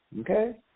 Okay